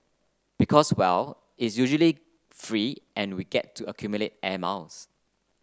because well is usually free and we get to accumulate air miles